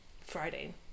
Friday